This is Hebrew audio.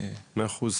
מאה אחוז,